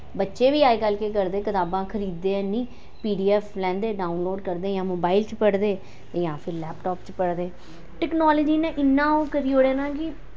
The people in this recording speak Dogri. बच्चे बी अजकल्ल केह् करदे कताबां खरीद दे हैनी पी डी एफ लैंदे डाउनलोड करदे यां मोबाइल च पढ़दे यां फिर लैपटाप च पढ़दे टेक्नोलाजी नै इन्ना ओह् करी ओड़ेआ ना कि